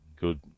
good